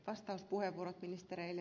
arvoisa puhemies